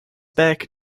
back